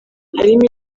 harimo